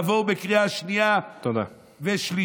יעבור בקריאה שנייה ושלישית,